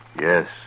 Yes